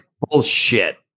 Bullshit